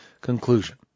Conclusion